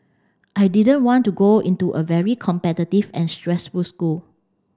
I didn't want to go into a very competitive and stressful school